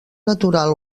natural